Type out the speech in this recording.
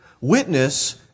Witness